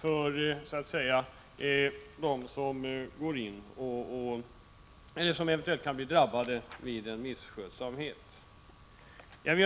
sådana. Det gäller i de fall där misskötsamhet förekommit.